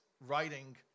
writing